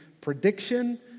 prediction